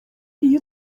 iyo